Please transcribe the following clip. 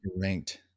ranked